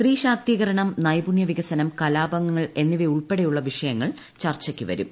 സ്ത്രീശാക്തീകരണം നൈപുണ്യവികസനം കലാപങ്ങൾ എന്നിവയുൾപ്പെടെയുള്ള വിഷയങ്ങൾ ചർച്ചയ്ക്കു വരും